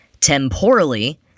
Temporally